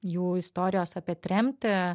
jų istorijos apie tremtį